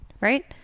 Right